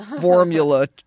...formula